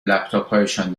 لپتاپهایشان